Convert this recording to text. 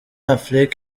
affleck